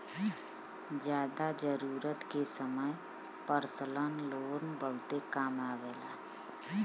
जादा जरूरत के समय परसनल लोन बहुते काम आवेला